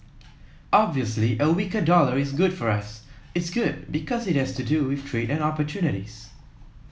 obviously a weaker dollar is good for us it's good because it has to do with trade and opportunities